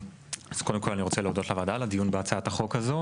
אז קודם כל אני רוצה להודות לוועדה על הדיון בהצעת החוק הזו.